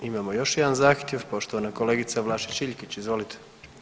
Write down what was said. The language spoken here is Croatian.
Imamo još jedan zahtjev, poštovana kolegica Vlašić Iljkić, izvolite.